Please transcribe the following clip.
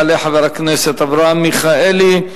יעלה חבר הכנסת אברהם מיכאלי,